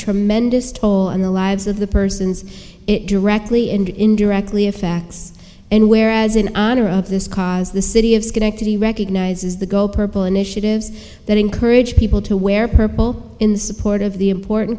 tremendous toll on the lives of the persons it directly and indirectly effects and whereas in honor of this cause the city of schenectady recognizes the goal purple initiatives that encourage people to wear purple in support of the important